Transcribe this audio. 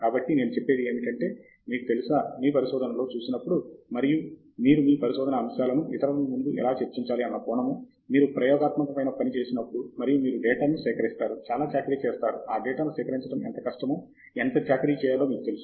కాబట్టి నేను చెప్పేది ఏమిటంటే మీకు తెలుసా మీరు పరిశోధనలో చూసినప్పుడు మరియు మీరు మీ పరిశోధనా అంశాలను ఇతరుల ముందు ఎలా చర్చించాలి అన్న కోణము మీరు ప్రయోగాత్మకమైన పని చేసినప్పుడు మరియు మీరు డేటా ను సేకరిస్తారు చాలా చాకిరీ చేస్తారు ఆ డేటాను సేకరించడం ఎంత కష్టమో ఎంత చాకిరీ చేయాలో మీకు తెలుసు